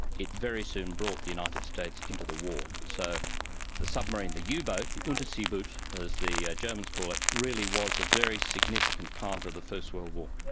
it very soon brought the united states into the war. so the submarine the yeah u-boat, the unterseeboot as the germans call it, really was a very significant part of the first world war.